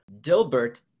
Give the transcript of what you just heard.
Dilbert